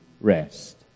rest